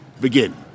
begin